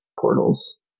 portals